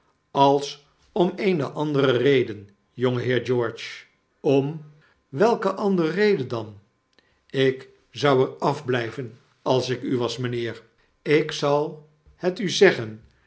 als om eene andere reden jongeheer george om welke andere reden dan lk zou er afblijven als ik u was meneer ik zal het u zeggen